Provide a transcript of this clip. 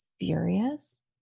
furious